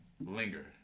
linger